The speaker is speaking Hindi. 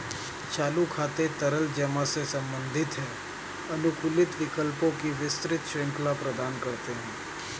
चालू खाते तरल जमा से संबंधित हैं, अनुकूलित विकल्पों की विस्तृत श्रृंखला प्रदान करते हैं